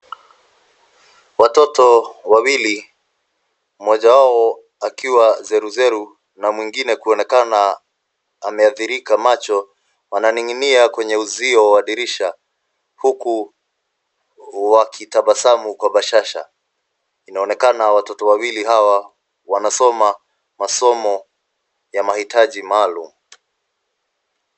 Watoto wawili, moja wao akiwa zeruzeru na mwingine kuonekana ameadhirika macho, wananing'inia kwenye uzio wa dirisha huku wakitabasamu kwa bashasha. Inaonekana watoto wawili hawa wanasoma masomo ya mahitaji maalum.